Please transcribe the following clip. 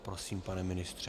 Prosím, pane ministře.